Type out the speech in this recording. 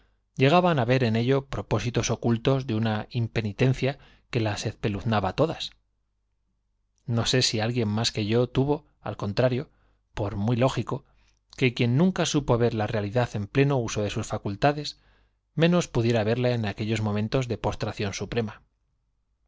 llegaban ver en ello propósitos ocultos de una impenitencia que las espeluznaba todas no sé si alguien más que yo tuvo al contrario por muy lógico que quien nunca realidad en pleno de sus facultades supo ver la uso momentos de posmenos pudiera verla en aquellos tración suprema